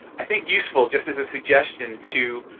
i think, useful, just as a suggestion, to